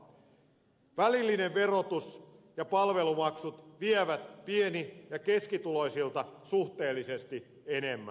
välillinen verotus ja palvelumak sut vievät pieni ja keskituloisilta suhteellisesti enemmän